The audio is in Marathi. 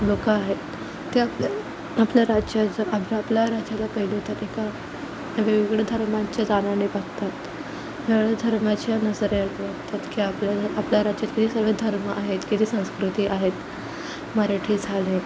लोकं आहे ते आपल्याला आपल्या राज्याचं आपल्या आपल्या राज्याचं पहिलं तर एका वेगवेगळ्या धर्माच्या बघतात धर्माच्या नजरेनं बघतात की आपल्याला आपल्या राज्यातील सगळे धर्म आहेत की जी संस्कृती आहेत मराठी झाले